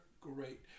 great